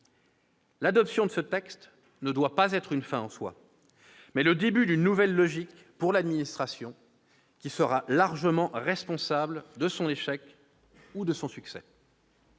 L'adoption de ce texte doit être non pas une fin en soi, mais le début d'une nouvelle logique pour l'administration, qui sera largement responsable de son échec ou de son succès.